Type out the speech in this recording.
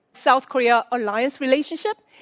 south korea alliance relationship,